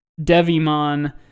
devimon